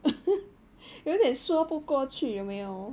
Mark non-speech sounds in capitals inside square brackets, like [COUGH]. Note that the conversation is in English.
[LAUGHS] 有一点说不过去有没有